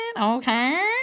okay